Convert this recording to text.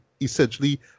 essentially